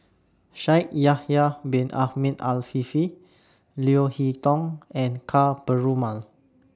Shaikh Yahya Bin Ahmed Afifi Leo Hee Tong and Ka Perumal